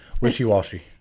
Wishy-washy